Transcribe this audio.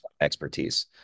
expertise